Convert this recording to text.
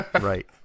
Right